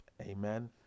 Amen